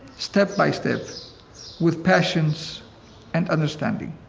step by step with patience and understanding.